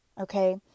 Okay